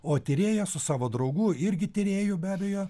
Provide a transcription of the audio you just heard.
o tyrėjas su savo draugu irgi tyrėju be abejo